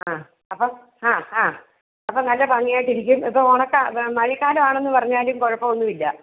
ആ അപ്പം ആ ആ അപ്പം നല്ല ഭംഗിയായിട്ട് ഇരിക്കും ഇപ്പം ഉണക്കാം മഴക്കാലമാണെന്ന് പറഞ്ഞാലും കുഴപ്പമൊന്നുമില്ല